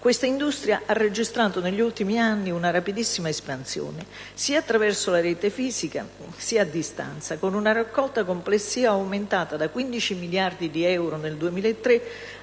delle scommesse ha registrato negli ultimi anni una rapidissima espansione, sia attraverso la rete fìsica sia a distanza, con una raccolta complessiva aumentata da 15 miliardi di euro del 2003